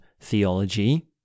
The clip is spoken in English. theology